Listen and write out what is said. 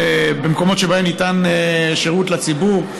במקומות שבהם ניתן שירות לציבור,